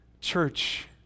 Church